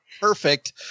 Perfect